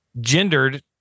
gendered